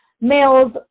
males